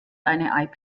eine